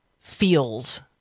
feels